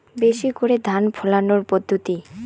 বেশি করে ধান ফলানোর পদ্ধতি?